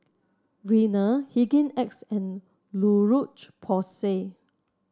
Rene Hygin X and La Roche Porsay